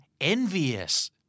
Envious